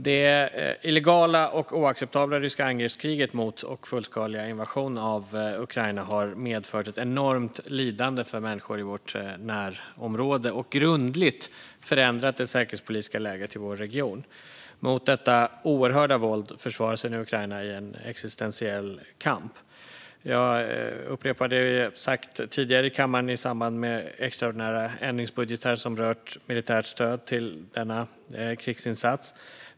Det illegala och oacceptabla ryska angreppskriget mot och den fullskaliga invasionen av Ukraina har medfört ett enormt lidande för människor i vårt närområde och grundligt förändrat det säkerhetspolitiska läget i vår region. Mot detta oerhörda våld försvarar sig nu Ukraina i en existentiell kamp. Jag upprepar det jag sagt tidigare i kammaren i samband med extraordinära ändringsbudgetar som rört militärt stöd till denna krigsinsats.